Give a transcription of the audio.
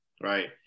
right